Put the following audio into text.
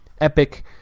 epic